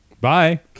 Bye